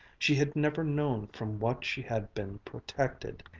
she had never known from what she had been protected.